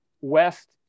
West